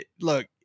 Look